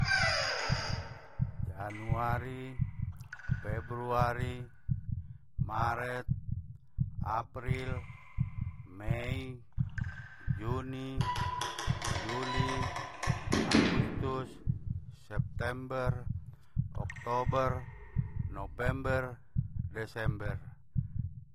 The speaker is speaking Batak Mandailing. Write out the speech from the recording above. Januari, februari, maret, april, mei, juni, juli, agustus, september, oktober, november, desember.